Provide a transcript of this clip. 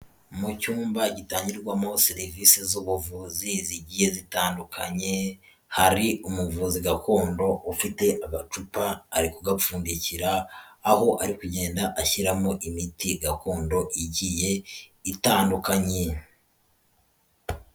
Mu cyumba gitangirwamo serivisi z'ubuvuzi zigiye zitandukanye, hari umuvuzi gakondo ufite agacupa, ari kugapfundikira, aho ari kugenda ashyiramo imiti gakondo, igiye itandukanye.